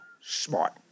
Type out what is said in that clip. smart